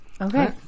Okay